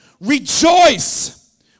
Rejoice